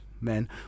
men